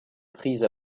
prise